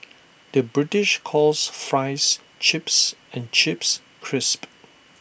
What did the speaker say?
the British calls Fries Chips and Chips Crisps